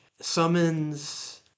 summons